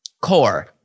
core